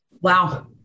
Wow